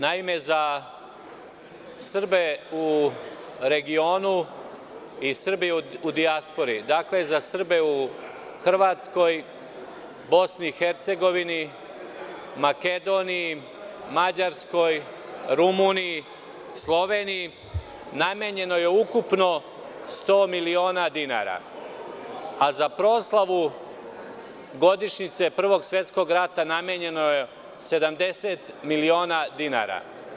Naime, za Srbe u regionu i Srbe u dijaspori, dakle za Srbe u Hrvatskoj, Bosni i Hercegovini, Makedoniji, Mađarskoj, Rumuniji, Sloveniji namenjeno je ukupno 100 miliona dinara, a za proslavu godišnjice Prvog svetskog rata namenjeno je 70 miliona dinara.